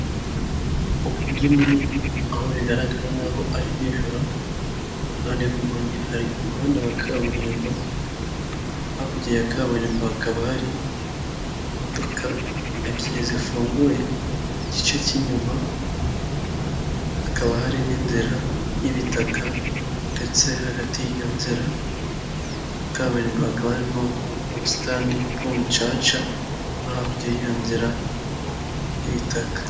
Umugi munini aho bigaragara nk'aho nijoro, iruhande rw'umugi hari umuhanda wa kaburimbo, hakurya ya klaburimbo hakaba hari imodoka ebyiri zifunguye igice cy'inyuma, hakaba hari n'inziura y'ibitaka, ndetse hagati y'iyo nzira na kaburimbo hakaba harimo ubusitani bw'umucaca, mo hakurya y'iyo nzira y'ibitaka.